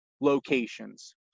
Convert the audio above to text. locations